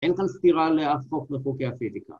‫אין כאן סתירה לאף אחד ‫מחוקי הפיזיקה.